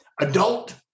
adult